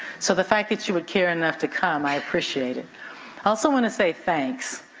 so the fact that you would care enough to come, i appreciate it. i also wanna say thanks.